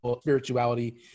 spirituality